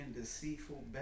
deceitful